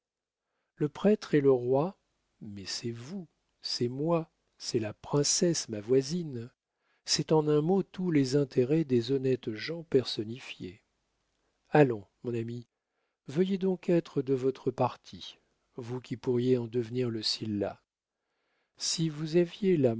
le prêtre et le roi mais c'est vous c'est moi c'est la princesse ma voisine c'est en un mot tous les intérêts des honnêtes gens personnifiés allons mon ami veuillez donc être de votre parti vous qui pourriez en devenir le sylla si vous aviez